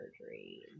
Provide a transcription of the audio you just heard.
surgery